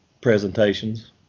presentations